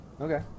okay